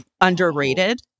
underrated